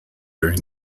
during